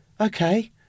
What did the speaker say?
Okay